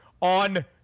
on